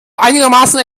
einigermaßen